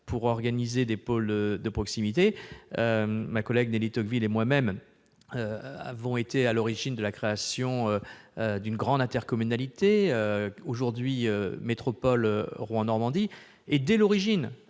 pour organiser des pôles de proximité. Nelly Tocqueville et moi-même sommes à l'origine de la création d'une grande intercommunalité, aujourd'hui métropole Rouen-Normandie. Dès l'origine,